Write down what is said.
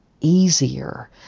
easier